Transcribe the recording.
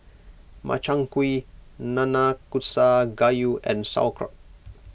Makchang Gui Nanakusa Gayu and Sauerkraut